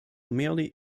merely